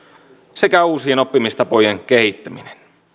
sekä uusien oppimistapojen kehittäminen